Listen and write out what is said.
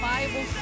Bible